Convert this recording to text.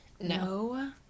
No